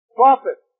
prophet